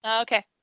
Okay